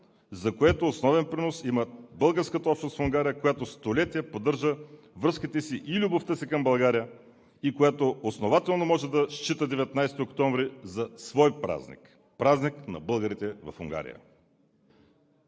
за който основен принос има българската общност в Унгария, която столетия поддържа връзките и любовта си към България и която основателно може да счита 19 октомври за свой празник – празник на българите в Унгария.